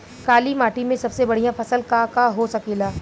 काली माटी में सबसे बढ़िया फसल का का हो सकेला?